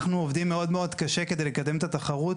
אנחנו עובדים מאוד מאוד קשה כדי לקדם את התחרות.